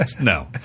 no